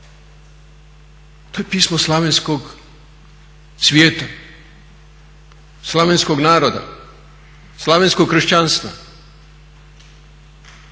To je pismo slavenskog svijeta, slavenskog naroda, slavenskog kršćanstva,